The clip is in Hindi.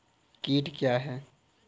कीट क्या है?